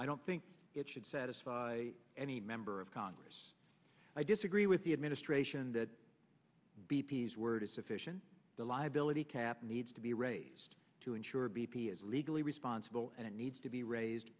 i don't think it should satisfy any member of congress i disagree with the administration that b p s word is sufficient the liability cap needs to be raised to ensure b p is legally responsible and it needs to be raised